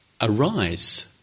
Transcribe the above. arise